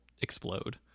explode